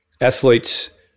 athletes